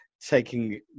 taking